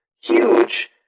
huge